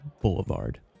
Boulevard